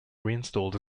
reinstalled